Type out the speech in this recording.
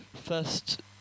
First